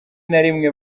narimwe